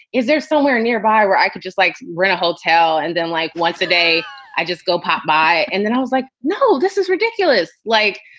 is there somewhere nearby where i could just, like, rent a hotel and then like once a day i just go pop by. and then i was like, no, this is ridiculous. like,